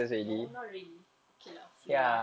no not really okay lah few